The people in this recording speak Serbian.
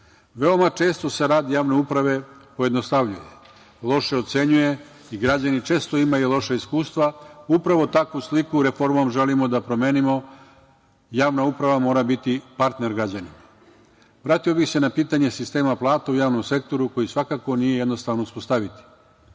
akata. Veoma često se rad javne uprave pojednostavljuje, loše ocenjuje i građani često imaju loša iskustva. Upravo takvu sliku reformom želimo da promenimo. Javna uprava mora biti partner građanima. Vratio bih se na pitanje sistema plata u javnom sektoru koji svakako nije jednostavno uspostaviti.